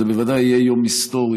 זה בוודאי יהיה יום היסטורי,